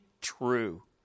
true